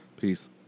Peace